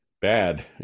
bad